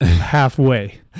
halfway